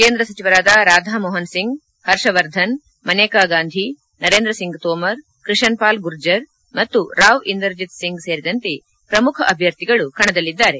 ಕೇಂದ್ರ ಸಚಿವರಾದ ರಾಧಾ ಮೋಹನ್ ಸಿಂಗ್ ಹರ್ಷ್ ವರ್ಧನ್ ಮೇನಕಾ ಗಾಂಧಿ ನರೇಂದ್ರ ಸಿಂಗ್ ತೋಮರ್ ಕ್ರಿಶನ್ ಪಾಲ್ ಗುರ್ಜರ್ ಮತ್ತು ರಾವ್ ಇಂದರ್ ಜಿತ್ ಸಿಂಗ್ ಸೇರಿದಂತೆ ಪ್ರಮುಖ ಅಭ್ಲರ್ಥಿಗಳು ಕಣದಲ್ಲಿದ್ದಾರೆ